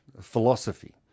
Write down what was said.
philosophy